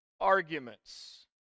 arguments